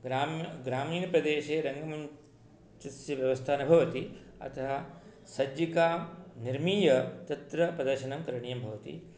ग्रामीणप्रदेशे रङ्गमञ्चस्य व्यवस्था न भवति अतः सज्जिका निर्मीय तत्र प्रदर्शनं करणीयं भवति